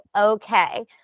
okay